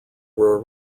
were